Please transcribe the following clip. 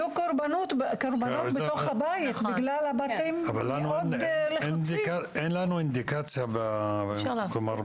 אבל לנו אין אינדיקציה על כך.